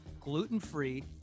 gluten-free